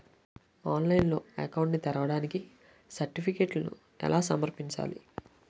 ఆన్లైన్లో అకౌంట్ ని తెరవడానికి సర్టిఫికెట్లను ఎలా సమర్పించాలి?